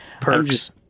perks